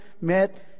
met